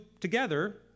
together